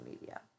media